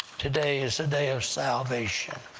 today is the day of salvation.